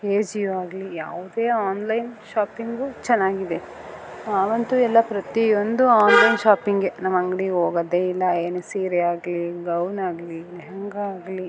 ಎಜಿಯೋ ಆಗಲೀ ಯಾವುದೇ online shopping ಚೆನ್ನಾಗಿದೆ ನಾವಂತೂ ಎಲ್ಲ ಪ್ರತಿಯೊಂದು ಆನ್ಲೈನ್ ಶಾಪಿಂಗೆ ನಾವಂಗ್ಡಿಗೆ ಹೋಗೋದೇ ಇಲ್ಲ ಏನು ಸೀರೆ ಆಗಲೀ ಗೌನ್ ಆಗಲೀ ಲೆಹೆಂಗಾ ಆಗಲೀ